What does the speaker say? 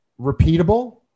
repeatable